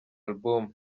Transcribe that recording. album